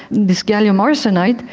this gallium arsenide,